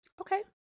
Okay